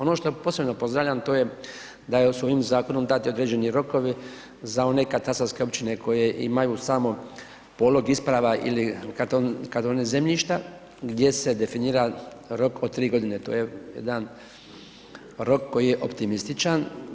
Ono što posebno pozdravljam, to je da su ovim zakonom dati određeni rokovi za one katastarske općine koje imaju samo polog isprava ili kartone zemljišta, gdje se definira rok od 3 godine, to je jedan rok koji je optimističan.